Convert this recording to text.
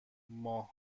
ماه